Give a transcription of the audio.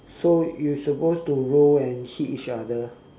so you supposed to roll and hit each other